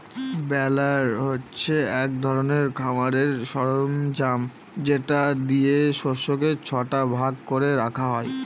বেলার হচ্ছে এক ধরনের খামারের সরঞ্জাম যেটা দিয়ে শস্যকে ছটা ভাগ করে রাখা হয়